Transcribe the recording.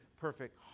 perfect